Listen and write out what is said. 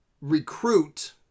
recruit